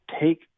take